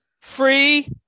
free